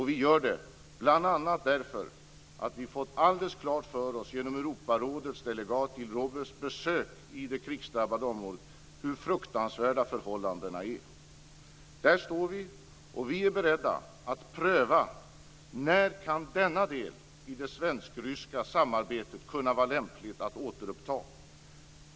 Vi gör det bl.a. därför att vi fått alldeles klart för oss genom Europarådets delegat Gil-Robles besök i det krigsdrabbade områdena hur fruktansvärda förhållandena är. Där står vi. Vi är beredda att pröva när det kan vara lämpligt att återuppta denna del i det svensk-ryska samarbetet.